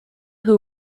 who